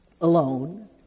Alone